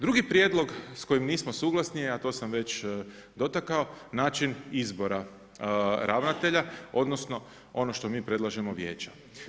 Drugi prijedlog s kojim nismo suglasni a to sam već dotakao, način izbora ravnatelja odnosno ono što mi predlažemo, vijeće.